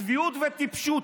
צביעות וטיפשות.